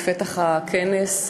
בפתח הכנס,